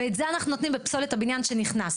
ואת זה אנחנו נותנים בפסולת הבניין שנכנס.